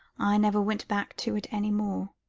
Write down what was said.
i never went back to it any more.